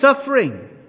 suffering